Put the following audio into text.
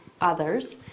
others